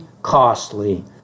costly